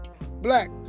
Black